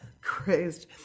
crazed